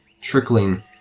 trickling